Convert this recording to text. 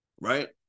Right